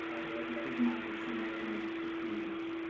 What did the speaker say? ever, let his mind see more than the next fifteen minutes.